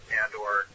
and/or